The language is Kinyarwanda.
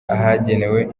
ahagenewe